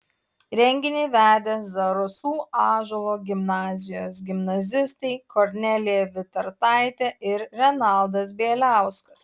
renginį vedė zarasų ąžuolo gimnazijos gimnazistai kornelija vitartaitė ir renaldas bieliauskas